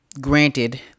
granted